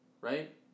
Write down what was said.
right